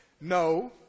no